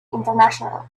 international